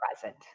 present